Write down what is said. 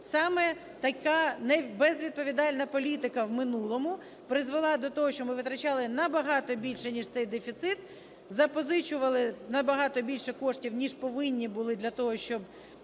Саме така безвідповідальна політика в минулому призвела до того, що ми витрачали на багато більше, ніж цей дефіцит, запозичували на багато більше коштів, ніж повинні були для того, щоб